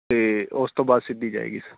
ਅਤੇ ਓਸ ਤੋਂ ਬਾਅਦ ਸਿੱਧੀ ਜਾਏਗੀ ਸਰ